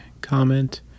comment